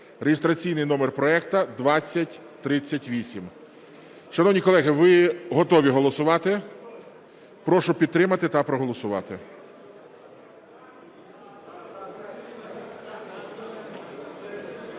(реєстраційний номер проекту 5767). Шановні колеги, готові голосувати? Прошу підтримати та проголосувати.